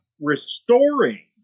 restoring